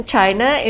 China